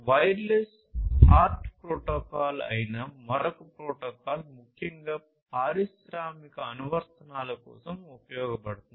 wireless HART ప్రోటోకాల్లు అయిన మరొక ప్రోటోకాల్ ముఖ్యంగా పారిశ్రామిక అనువర్తనాల కోసం ఉపయోగించబడుతుంది